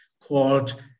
called